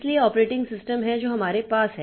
इसलिए operating system हैं जो हमारे पास हैं